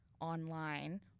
online